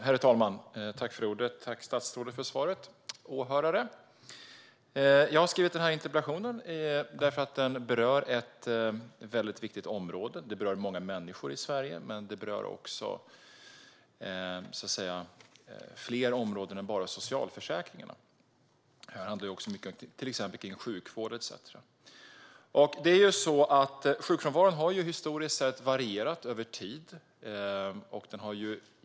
Herr talman! Åhörare! Tack, statsrådet, för svaret! Den här interpellationen berör ett viktigt område som angår många människor i Sverige. Men den berör också fler områden än bara socialförsäkringarna. Det handlar ju också mycket om till exempel sjukvård etcetera. Sjukfrånvaron har historiskt sett varierat över tid.